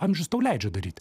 amžius tau leidžia daryt